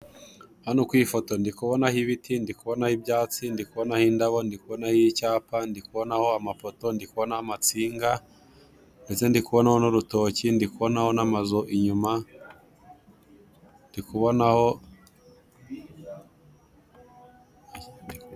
Hano ku iyi foto ndi kubonaho ibiti, ndi kubonaho ibyatsi, ndi kubonaho indabo, ndi kubonaho icyapa, ndi kubonaho amapoto, ndi kubonaho amatsinga, ndetse ndi kubonaho n'urutoki, ndi kubonaho n'amazu inyuma ndi kubonaho